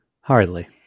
Hardly